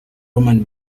roman